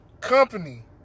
company